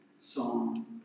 song